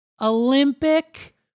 Olympic